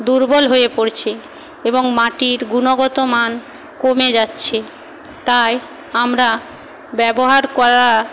দুর্বল হয়ে পড়ছে এবং মাটির গুণগত মান কমে যাচ্ছে তাই আমরা ব্যবহার করার